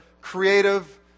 creative